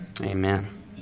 Amen